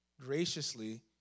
graciously